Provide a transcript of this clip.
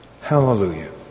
Hallelujah